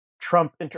Trump